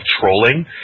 trolling